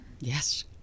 Yes